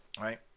right